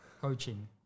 coaching